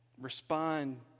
respond